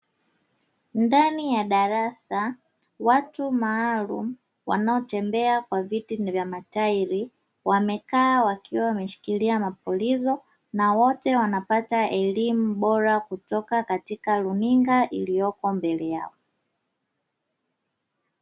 Ndani ya darasa, watu maalumu wanaotembea kwa viti vyenye matairi, wamekaa wakiwa wameshikilia mapulizo na wote wanapata elimu bora kutoka katika runinga iliyoko mbele yao.